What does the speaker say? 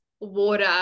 water